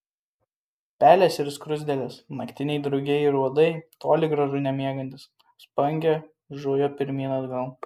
pelės ir skruzdėlės naktiniai drugiai ir uodai toli gražu nemiegantys apspangę zujo pirmyn atgal